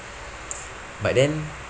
but then